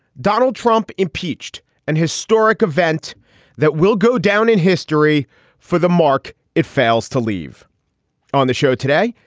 donald trump impeached an historic event that will go down in history for the mark. it fails to leave on the show today.